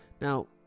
Now